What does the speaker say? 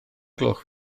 gloch